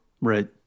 right